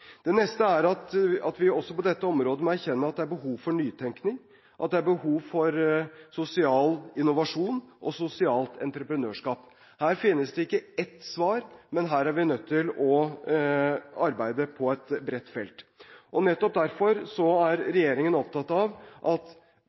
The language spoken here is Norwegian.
Det neste er at vi også på dette området må erkjenne at det er behov for nytenkning, og at det er behov for sosial innovasjon og sosialt entreprenørskap. Her finnes det ikke ett svar, her er vi nødt til å arbeide på et bredt felt. Nettopp derfor er regjeringen opptatt av at